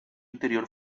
interior